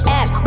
App